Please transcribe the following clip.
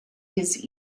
his